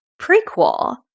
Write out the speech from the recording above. prequel